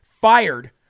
fired